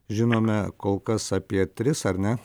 žinome kol kas apie tris ar ne